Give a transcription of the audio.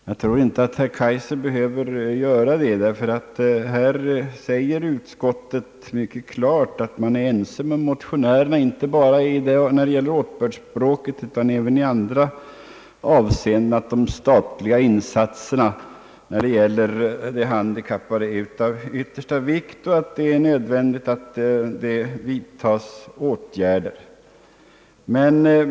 Jag tror inte herr Kaijser behöver göra det, ty utskottet säger mycket klart att man är ense med motionärerna inte bara när det gäller åtbördsspråket utan även i andra avseenden däri, att de statliga insatserna för de handikappade är av yttersta vikt och att det är nödvändigt att vidta åtgärder.